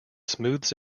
smooths